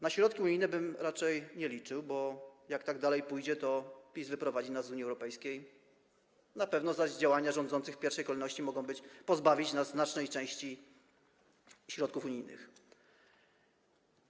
Na środki unijne bym raczej nie liczył, bo jak tak dalej pójdzie, to PiS wyprowadzi nas z Unii Europejskiej, na pewno zaś działania rządzących w pierwszej kolejności mogą pozbawić nas znacznej części środków unijnych.